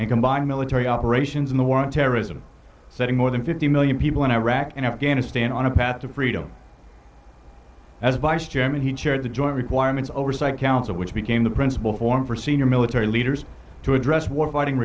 combined military operations in the war on terrorism setting more than fifty a million people in iraq and afghanistan on a path to freedom as vice chairman he chaired the joint requirements oversight council which became the principal form for senior military leaders to address war fighting